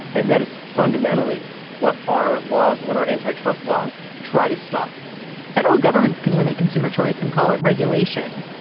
and that is fundamentally what our laws what our antitrust laws try to stop federal governments can limit consumer choice and call it regulation.